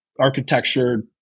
architecture